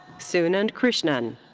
sunand krishnan.